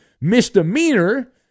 misdemeanor